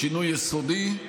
שינוי יסודי.